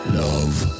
love